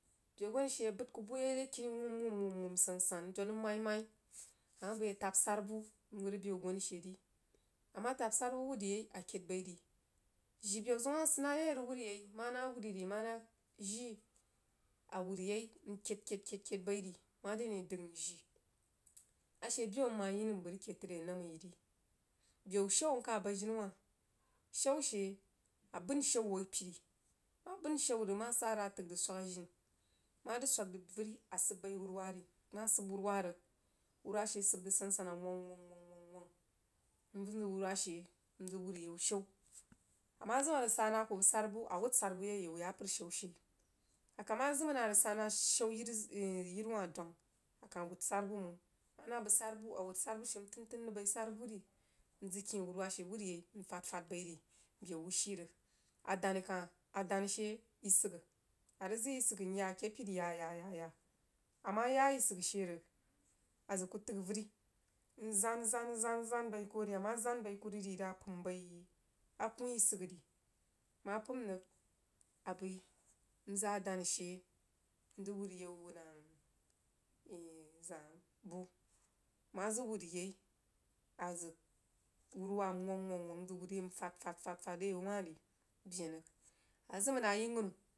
Bəu gum she a bəd kuh buh re kinii kuh wum wum wum sansan ndod nəm mai mai amah bəi ataba sarubuh wuad a bəu guai she ri amah tab sarubuh wuhd rig yai a kəid bai ri jii bəu zeun mah sid nah yai a rig wuhd afaia mana awuri re mana jii awər yai nkəid kəid kəid baih vi mare ane dəg njii ashe beu nmh yinəm bəg rig kəid tri bəg namma yi ri bəu shau mkah bahd jini wah shau she a bəin shau wuh apiri amah bəin shau rig mah sah rig a təg zəg swag ajini anah zəg swag rig vəri a siib bah wuruwah ri ama sub wuruwah rig wuruwah she siib rig saasan awang wang nvəm zəg wuhd yau shau awali zəm a rig sah nah bəg sarubuh a wud sarubuh yai a yau vapar a shau she ri akah mah zəm nah arig sau nah bəg shau yiriwah dwang a wuhd surubuh mang manah bəg sarubuh a wuhd sarubuh she ntəin kəin rig bəí sarubuh ri nzəg kye wuruwah she wur yai nfad fad bai ri bəu wuh shii rag adani kah adan she yiri sigha i rig zəg yin sigha nyah ake pire yah yah anah yah yirisigha she rig azəg kuh təgha avəri nzan zan zan zan zan bai kuh ri amah zan bai kuh ri rig a pəim bai akuh yiri sigha ri amah pəim rig a bəi zah adani she nzəg whar ayau nang zah buh amah zəg wud rig yai a zəf wuruwah nwang wang wang nzəg wuh are yau wah ri nfad fad fad re yau wah ri ben rig amah zəmah hah yirighanu.